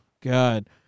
God